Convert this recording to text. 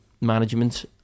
management